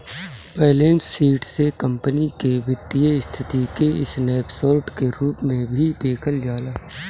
balance sheet से company के वित्तीय स्थिति के स्नैप शोर्ट के रूप में भी देखल जाला